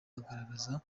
agaragaza